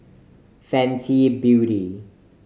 Fenty Beauty